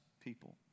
people